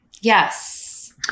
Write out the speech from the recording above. Yes